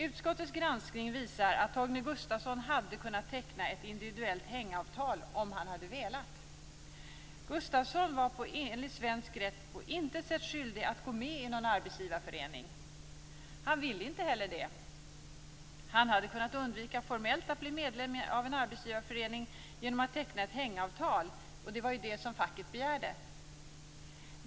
Utskottets granskning visar att Torgny Gustafsson hade kunnat teckna ett individuellt hängavtal om han hade velat. Gustafsson var enligt svensk rätt på intet sätt skyldig att gå med i någon arbetsgivarförening. Han ville inte heller det. Han hade kunnat undvika formellt att bli medlem av en arbetsgivarförening genom att teckna ett hängavtal, vilket var det som facket begärde.